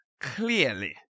clearly